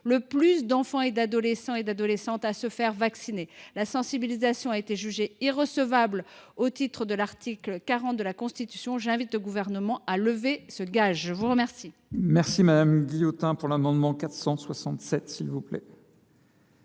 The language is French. le plus d’enfants, d’adolescents et d’adolescentes à se faire vacciner. La sensibilisation a été jugée irrecevable au titre de l’article 40 de la Constitution. J’invite le Gouvernement à lever le gage. L’amendement